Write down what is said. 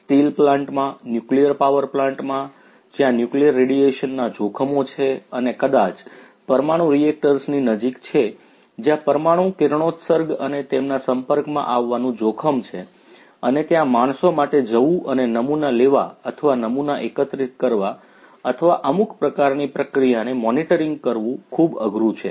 steel પ્લાન્ટ્સમાં nuclear power પ્લાન્ટ્સમાં જ્યાં ન્યુક્લિયર રેડિયેશનના જોખમો છે અને કદાચ પરમાણુ રિએક્ટર્સની નજીક છે જ્યાં પરમાણુ કિરણોત્સર્ગ અને તેમના સંપર્કમાં આવવાનું જોખમ છે અને ત્યાં માણસો માટે જવું અને નમુના લેવા અથવા નમુના એકત્રિત કરવા અથવા અમુક પ્રકારની પ્રક્રિયાને મોનીટરીંગ કરવી અઘરું છે